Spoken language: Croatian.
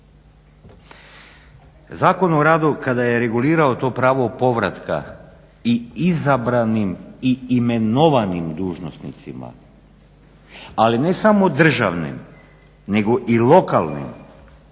Zakon o radu kada je regulirao to pravo povratka i izabranim i imenovanim dužnosnicima, ali ne samo državnim nego i lokalnim